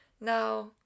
now